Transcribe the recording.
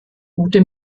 gute